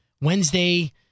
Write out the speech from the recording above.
Wednesday